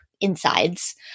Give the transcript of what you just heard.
insides